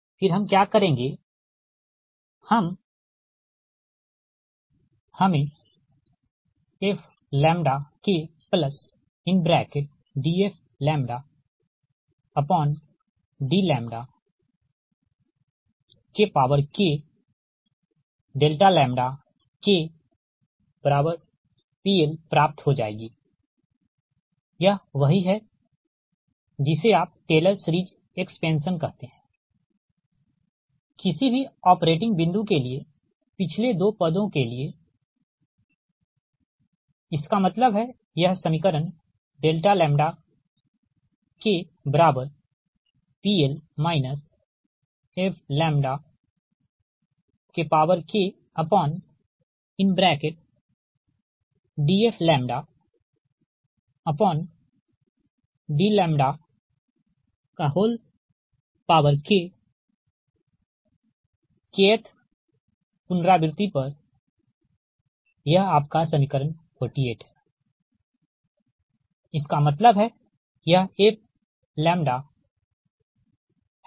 फिर हम क्या करेंगे हमें fKdfdKKPL प्राप्त हो जाएगी यह वही है जिसे आप टेलर सीरिज़ एक्स पेंशन कहते हैं किसी भी ऑपरेटिंग बिंदु के लिए पिछले 2 पदों के लिए इसका मतलब है यह समीकरण KPL fKdfdλK Kth पुनरावृति पर यह आपका समीकरण 48 है इसका मतलब है यह fठीक है